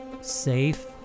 safe